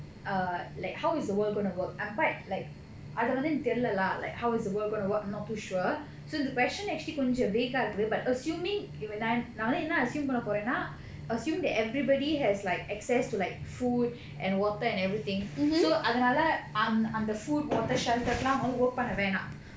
err like how is the world going to work I'm fine like அது வந்து எனக்கு தெரில:adhu vandhu enakku therila lah like how is the world going to work I'm not too sure so இந்த:indha question actually கொஞ்சம்:konjam vega இருக்குது:irukkuthu but assuming நா நா வந்து என்ன:naa naa vandhu enna assume பண்ணபோறேனா:pannaporena assume that everybody has like access to like food and water and everything so அதுனால அந்த:adhunaala andha food water shelter காக அவுங்க:kaaga avunga work பண்ண வேணா:panna vena